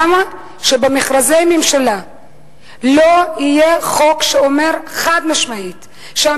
למה לא יהיה חוק שאומר חד-משמעית שבמכרזי הממשלה